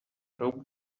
rope